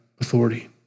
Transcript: authority